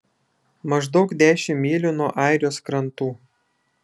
maždaug dešimt mylių nuo airijos krantų